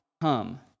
come